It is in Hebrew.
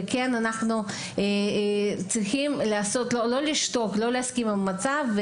וכן אנחנו לא צריכים לשתוק ולא להסכים עם המצב,